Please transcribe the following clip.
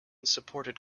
supported